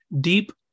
deep